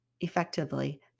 effectively